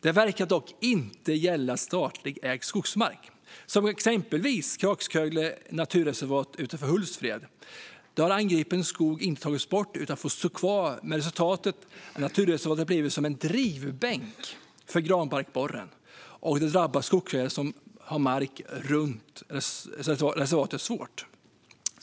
Det verkar dock inte gälla statligt ägd skogsmark, exempelvis Kraskögle naturreservat utanför Hultsfred. Där har angripen skog inte tagits bort utan får stå kvar, med resultatet att naturreservatet har blivit som en drivbänk för granbarkborren. Detta drabbar skogsägare som har mark runt reservatet svårt.